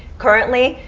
currently,